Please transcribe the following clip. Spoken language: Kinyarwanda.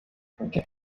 ubwe